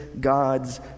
God's